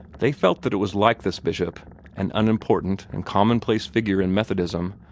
they felt that it was like this bishop an unimportant and commonplace figure in methodism,